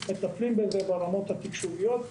מטפלים בזה ברמות התקשוביות,